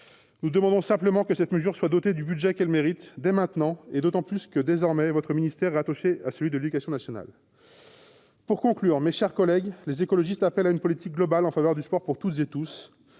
Nous demandons simplement que cette mesure soit dotée du budget qu'elle mérite, dès maintenant, d'autant que votre ministère est désormais rattaché à celui de l'éducation nationale. Pour conclure, mes chers collègues, les Écologistes appellent à une politique globale en faveur du sport pour toutes et tous,